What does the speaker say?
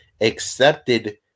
accepted